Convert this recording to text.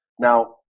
Now